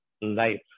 life